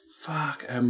fuck